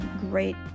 great